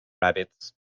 rabbits